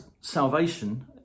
salvation